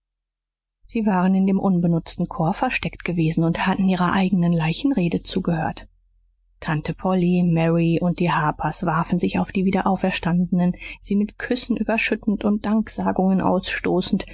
sie waren in dem unbenutzten chor versteckt gewesen und hatten ihrer eigenen leichenrede zugehört tante polly mary und die harpers warfen sich auf die wiederauferstandenen sie mit küssen überschüttend und danksagungen ausstoßend